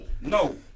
No